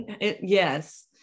Yes